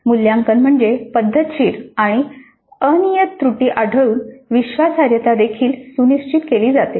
मूल्यांकन मध्ये पद्धतशीर आणि अनियत त्रुटी टाळून विश्वासार्हता देखील सुनिश्चित केली जाते